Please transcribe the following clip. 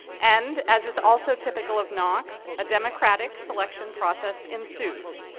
and as is also typical of knox, a democratic selection process ensues.